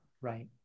Right